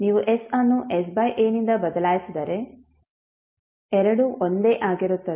ನೀವು s ಅನ್ನು s by a ನಿಂದ ಬದಲಾಯಿಸಿದರೆ ಎರಡೂ ಒಂದೇ ಆಗಿರುತ್ತದೆ